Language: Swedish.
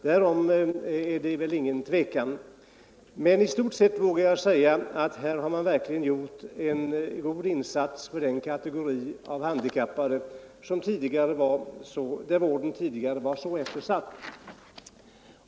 Därom råder väl inga delade meningar. Men i stort sett vågar jag säga att här har man verkligen gjort en god insats för den kategori av handikappade för vilka vården tidigare var så eftersatt.